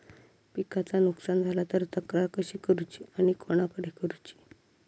पिकाचा नुकसान झाला तर तक्रार कशी करूची आणि कोणाकडे करुची?